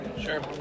Sure